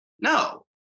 no